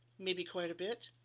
maybe quite a bit.